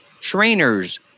trainers